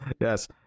Yes